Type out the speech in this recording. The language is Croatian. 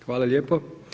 Hvala lijepo.